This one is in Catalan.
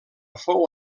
fou